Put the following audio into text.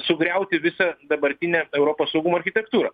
sugriauti visą dabartinę europos saugumo architektūrą